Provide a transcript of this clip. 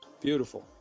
Beautiful